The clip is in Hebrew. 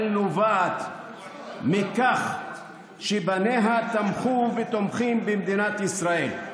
נובעת מכך שבניה תמכו ותומכים במדינת ישראל.